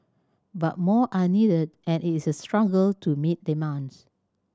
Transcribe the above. but more are needed and it is a struggle to meet demands